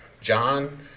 John